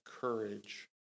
courage